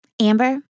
Amber